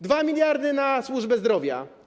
2 mld na służbę zdrowia.